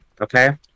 okay